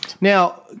Now